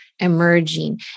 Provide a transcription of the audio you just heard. Emerging